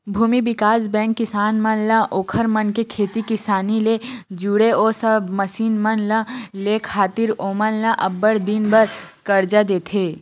भूमि बिकास बेंक किसान मन ला ओखर मन के खेती किसानी ले जुड़े ओ सब मसीन मन ल लेय खातिर ओमन ल अब्बड़ दिन बर करजा देथे